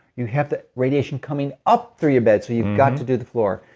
you have the radiation coming up through your bed, so you've got to do the floor.